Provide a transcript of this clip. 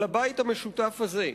על הבית המשותף הזה.